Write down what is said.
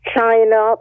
China